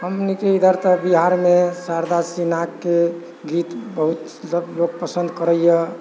हमनीके इधर तऽ बिहारमे शारदा सिन्हाके गीत बहुत सब लोक पसन्द करैए